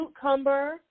cucumber